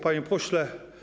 Panie Pośle!